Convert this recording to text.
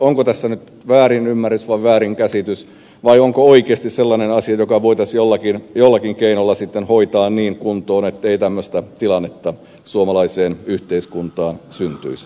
onko tässä väärinymmärrys vai väärinkäsitys vai onko oikeasti sellainen asia joka voitaisiin jollakin keinolla hoitaa niin kuntoon ettei tämmöistä tilannetta suomalaiseen yhteiskuntaan syntyisi